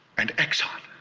and exxon.